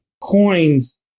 coins